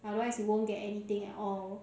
otherwise you won't get anything at all